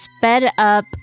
sped-up